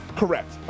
correct